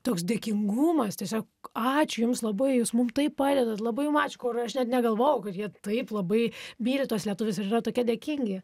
toks dėkingumas tiesiog ačiū jums labai jūs mum taip padedant labai jum ačiū kur aš net negalvojau kad jie taip labai myli tuos lietuvius ir yra tokie dėkingi